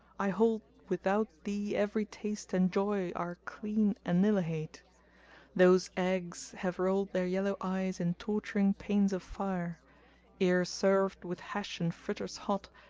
i hold without thee every taste and joy are clean annihilate those eggs have rolled their yellow eyes in torturing pains of fire ere served with hash and fritters hot,